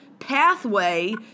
Pathway